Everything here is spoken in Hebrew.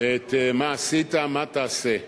את מה עשית ומה תעשה.